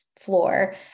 floor